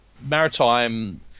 maritime